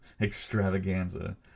extravaganza